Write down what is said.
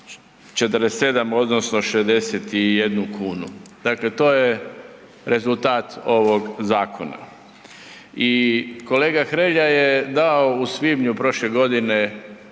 47 odnosno 61 kunu. Dakle, to je rezultat ovog zakona. I kolega Hrelja je dao u svibnju prošle godine